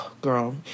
girl